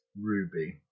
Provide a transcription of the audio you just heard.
ruby